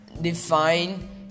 define